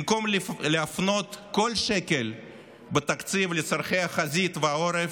במקום להפנות כל שקל בתקציב לצורכי החזית והעורף,